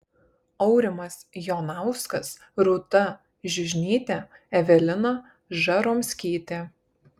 aurimas jonauskas rūta žiužnytė evelina žaromskytė